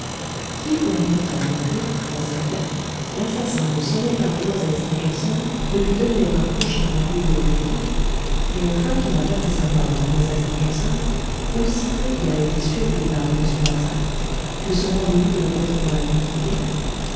qui pourrait prétendre que dans cette lettre l'assassin ne sommait pas mlle stangerson de lui donner un prochain rendez-vous effectif et enfin qu'il n'a pas fait savoir à mlle stangerson aussitôt qu'il a été sûr du départ de m darzac que ce rendez-vous devait être pour la nuit qui vient